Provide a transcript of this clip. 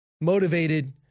motivated